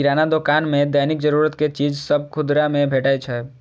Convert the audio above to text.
किराना दोकान मे दैनिक जरूरत के चीज सभ खुदरा मे भेटै छै